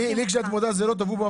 לי כשאת מודה זה לא טוב,